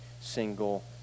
single